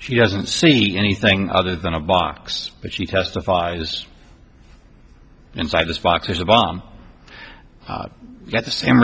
she doesn't see anything other than a box but she testifies inside this box has a bomb i get the same